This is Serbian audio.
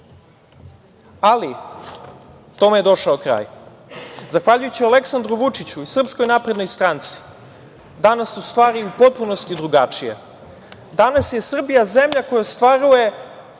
ali tome je došao kraj. Zahvaljujući Aleksandru Vučiću i SNS, danas su stvari u potpunosti drugačije. Danas je Srbija zemlja koja ostvaruje